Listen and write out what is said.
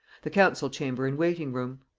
the council chamber and waiting room.